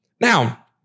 Now